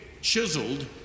chiseled